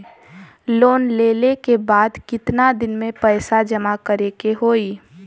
Loan लेले के बाद कितना दिन में पैसा जमा करे के होई?